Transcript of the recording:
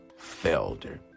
Felder